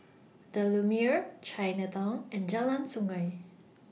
The Lumiere Chinatown and Jalan Sungei